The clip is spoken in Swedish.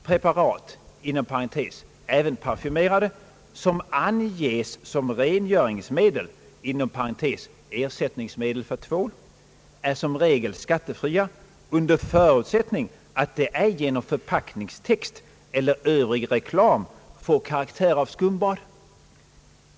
Preparat , som anges som rengöringsmedel , är som regel skattefria under förutsättning att de ej genom förpackningstext eller övrig reklam får karaktär av skumbad.